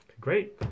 Great